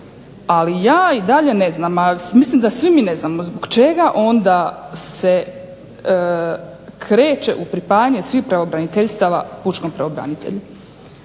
Ali ja i dalje ne znam, a mislim da svi mi ne znamo zbog čega onda se kreće u pripajanje svih pravobraniteljstava pučkom pravobranitelju.